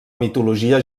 mitologia